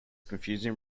confusion